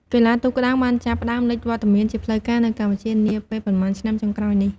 កីឡាទូកក្ដោងបានចាប់ផ្ដើមលេចវត្តមានជាផ្លូវការនៅកម្ពុជានាពេលប៉ុន្មានឆ្នាំចុងក្រោយនេះ។